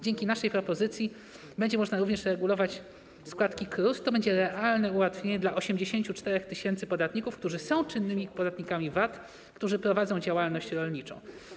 Dzięki naszej propozycji będzie można również regulować składki KRUS - to będzie realne ułatwienie dla 84 tys. podatników, którzy są czynnymi podatnikami VAT i prowadzą działalność rolniczą.